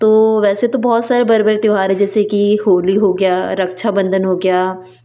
वैसे तो सारे बड़े बड़े त्योहार है जैसे कि होली हो गया रक्षाबंधन हो गया